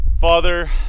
Father